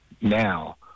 Now